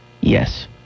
yes